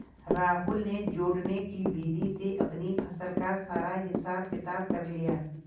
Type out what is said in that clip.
राहुल ने जोड़ने की विधि से अपनी फसल का सारा हिसाब किताब कर लिया